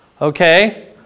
okay